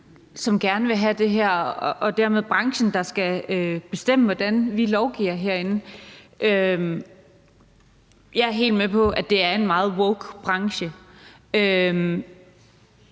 som gerne vil have det her, og dermed branchen, som skal bestemme, hvordan vi lovgiver herinde. Jeg er helt med på, at det er en meget woke branche,